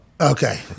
Okay